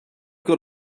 got